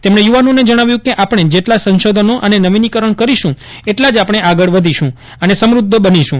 તેમણે યુવાનાે ને જણાવ્યું કે આપણે જેટલા સંશોધનો અને નવીનીકરણ કરીશું એટલા જ આપણે આગળ વધીશું અને સમૃદ્ધ બનીશું